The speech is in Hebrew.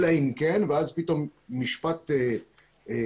אלא אם כן" ואז פתאום יש משפט לוואי בו